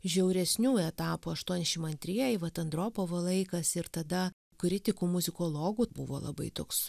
žiauresnių etapų aštuoniasdešim antrieji vat andropovo laikas ir tada kritikų muzikologų buvo labai toks